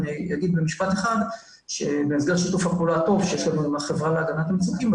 במסגרת שיתוף הפעולה הטוב שיש לנו עם החברה להגנת מצוקים,